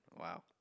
Wow